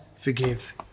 forgive